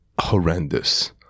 horrendous